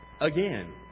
again